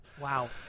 wow